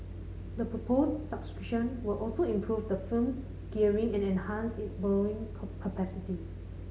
the proposed subscription will also improve the firm's gearing and enhance its borrowing capacity